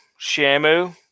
Shamu